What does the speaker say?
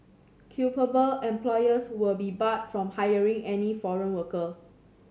culpable employers will be barred from hiring any foreign worker